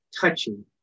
touching